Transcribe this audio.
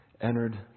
entered